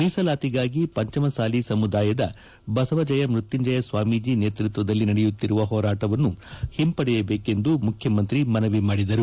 ಮೀಸಲಾತಿಗಾಗಿ ಪಂಚಮಸಾಲಿ ಸಮುದಾಯದ ಬಸವಜಯ ಮೃತ್ಖುಂಜಯ ಸ್ವಾಮೀಜಿ ನೇತೃತ್ವದಲ್ಲಿ ನಡೆಯುತ್ತಿರುವ ಹೋರಾಟವನ್ನು ಹಿಂಪಡೆಯಬೇಕೆಂದು ಮುಖ್ಯಮಂತ್ರಿ ಮನವಿ ಮಾಡಿದರು